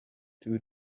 two